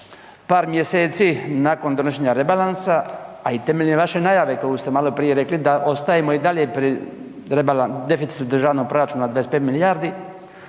par mjeseci nakon donošenja rebalansa, a i temeljem naše najave koju ste maloprije rekli da ostajemo i dalje pri deficitu državnog proračuna 25 milijardi,